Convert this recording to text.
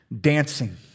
dancing